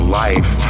life